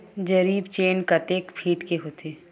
जरीब चेन कतेक फीट के होथे?